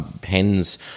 pens